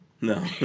No